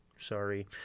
sorry